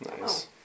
Nice